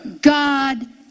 God